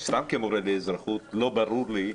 וסתם כמורה לאזרחות לא ברור לי,